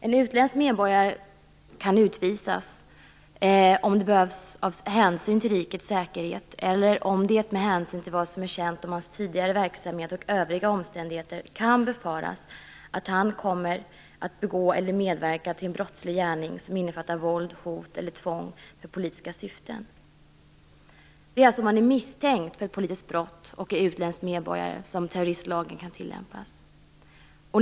En utländsk medborgare kan utvisas om det behövs av hänsyn till rikets säkerhet, eller om det med hänsyn till vad som är känt om hans tidigare verksamhet och övriga omständigheter kan befaras att han kommer att begå eller medverka till en brottslig gärning som innefattar våld, hot eller tvång för politiska syften. Det är alltså om man är misstänkt för ett politiskt brott och är utländsk medborgare som terroristlagen kan tillämpas.